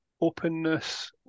openness